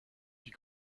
die